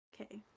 Okay